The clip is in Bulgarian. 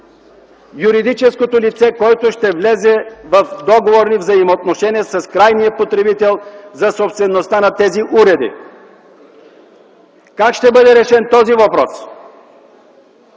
юридическото лице, което ще влезе в договорни взаимоотношения с крайния потребител за собствеността на тези уреди? Как ще бъде решен този въпрос?